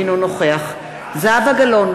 אינו נוכח זהבה גלאון,